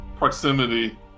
proximity